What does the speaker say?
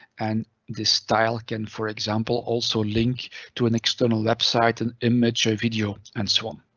and this tile can, for example, also link to an external website, an image, or video, and so on.